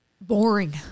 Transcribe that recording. boring